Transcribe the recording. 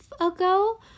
ago